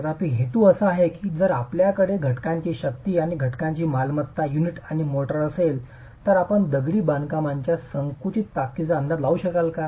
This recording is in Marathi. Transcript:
तथापि हेतू असा आहे की जर आपल्याकडे घटकांची शक्ती आणि घटकांची मालमत्ता युनिट आणि मोर्टार असेल तर आपण दगडी बांधकामाच्या संकुचित ताकदीचा अंदाज लावू शकाल का